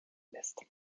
lässt